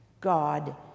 God